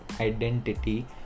identity